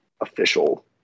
official